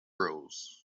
roles